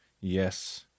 Yes